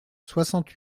soixante